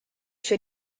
się